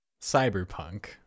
cyberpunk